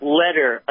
letter